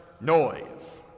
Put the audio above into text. noise